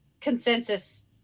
consensus